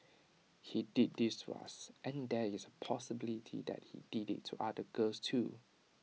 he did this to us and there is A possibility that he did IT to other girls too